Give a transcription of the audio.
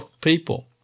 people